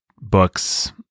books